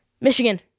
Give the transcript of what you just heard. Michigan